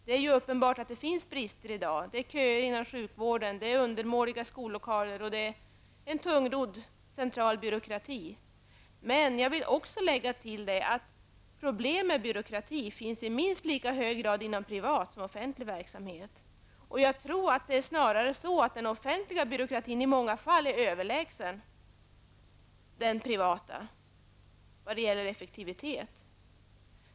Det är ju uppenbart att det finns brister i dag, såsom köer inom sjukvården, undermåliga skollokaler och en tungrodd central byråkrati. Där vill jag tillägga att problem med byråkrati finns i minst lika hög grad inom privat som offentlig verksamhet. Det är nog snarare så att den offentliga byråkratin i många fall är överlägsen den privata när det gäller effektivitet.